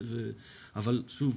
שוב,